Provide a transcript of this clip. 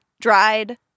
dried